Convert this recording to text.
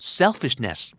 selfishness